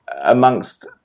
amongst